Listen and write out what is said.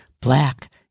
black